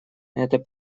это